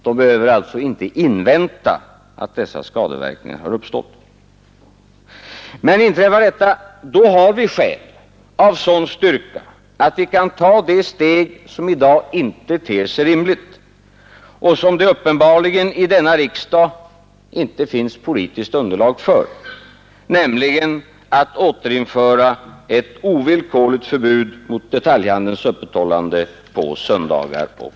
Den behöver alltså inte invänta att dessa skadeverkningar har uppstått. Inträffar emellertid detta har vi skäl av sådan styrka att vi kan ta det steg som i dag inte ter sig rimligt och som det uppenbarligen i denna riksdag inte finns politiskt underlag för, nämligen att återinföra ett ovillkorligt förbud mot detaljhandelns öppethållande på söndagar och kvällar.